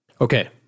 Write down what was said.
Okay